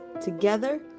Together